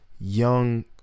young